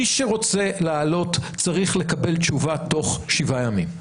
מי שרוצה לעלות צריך לקבל תשובה תוך שבעה ימים.